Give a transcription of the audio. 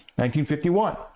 1951